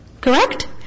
Correct